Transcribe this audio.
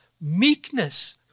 meekness